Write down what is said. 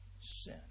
sin